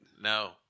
No